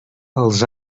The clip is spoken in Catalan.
als